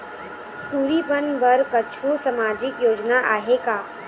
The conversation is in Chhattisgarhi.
टूरी बन बर कछु सामाजिक योजना आहे का?